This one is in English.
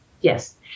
yes